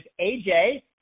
AJ